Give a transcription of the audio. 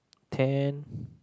then